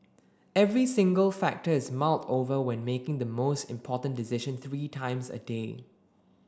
every single factor is mulled over when making the most important decision three times a day